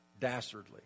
dastardly